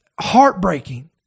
heartbreaking